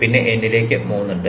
പിന്നെ n ലേക്ക് 3 ഉണ്ട്